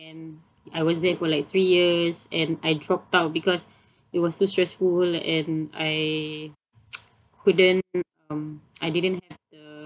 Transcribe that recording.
and I was there for like three years and I dropped out because it was too stressful and I couldn't um I didn't have the